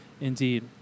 indeed